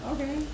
Okay